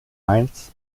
heinz